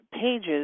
pages